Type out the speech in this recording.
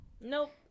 Nope